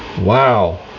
Wow